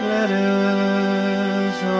Letters